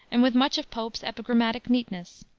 and with much of pope's epigrammatic neatness.